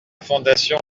fondation